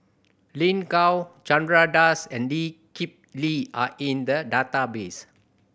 Lin Gao Chandra Das and Lee Kip Lee are in the database